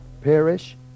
perish